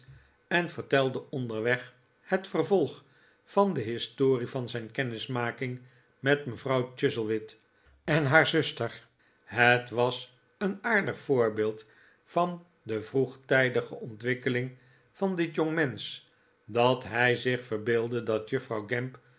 en vertelde onderweg het vervolg van de historie van zijn kennismaking met mevrouw chuzzlewit en haar zuster het was een aardig voorbeeld van de vroegtijdige ontwikkeling van dit jongmensch dat hij zich verbeeldde dat juffrouw gamp